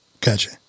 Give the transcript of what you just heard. Gotcha